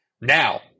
now